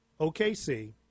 OKC